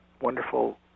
wonderful